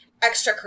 extracurricular